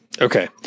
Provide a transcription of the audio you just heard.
Okay